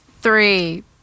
Three